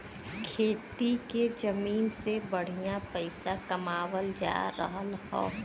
खेती के जमीन से बढ़िया पइसा कमावल जा रहल हौ